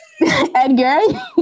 Edgar